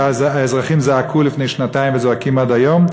שהאזרחים זעקו לפני שנתיים וזועקים עד היום,